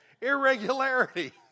irregularity